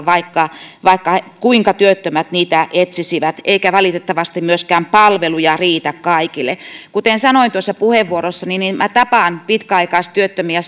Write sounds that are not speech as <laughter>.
<unintelligible> vaikka vaikka kuinka työttömät niitä etsisivät eikä valitettavasti myöskään palveluja riitä kaikille kuten sanoin puheenvuorossani minä tapaan pitkäaikaistyöttömiä <unintelligible>